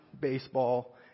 baseball